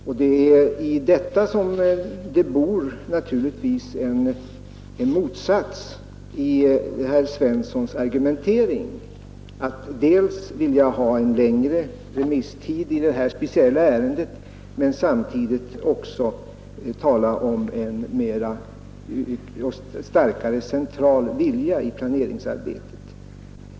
På den punkten ligger det en motsats i herr Svenssons i Malmö argumentering, när han dels vill ha en längre remisstid i det här speciella ärendet, dels talar om en starkare central vilja i planeringsarbetet.